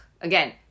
again